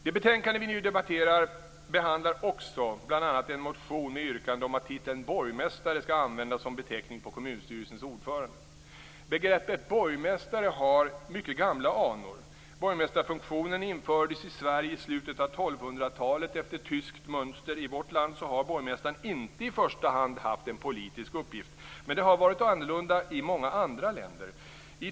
Det betänkande vi nu debatterar behandlar bl.a. också en motion med yrkande om att titeln borgmästare skall användas som beteckning på kommunstyrelsens ordförande. Begreppet borgmästare har mycket gamla anor. 1200-talet efter tyskt mönster. I vårt land har borgmästaren inte i första hand haft en politisk uppgift. Men det har varit annorlunda i många andra länder.